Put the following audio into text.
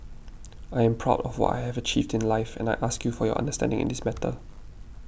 I am proud of what I have achieved in life and I ask you for your understanding in this matter